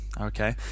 okay